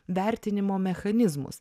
vertinimo mechanizmus